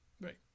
Right